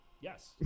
Yes